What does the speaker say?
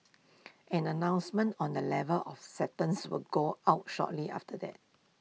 an announcement on the level of acceptances will go out shortly after that